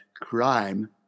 crime